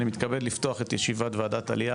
אני מתכבד לפתוח את ישיבת ועדת העלייה,